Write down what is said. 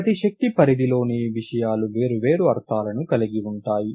ప్రతి శక్తి పరిధిలోనీ విషయాలు వేర్వేరు అర్థాలను కలిగి ఉంటాయి